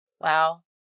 Wow